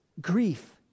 grief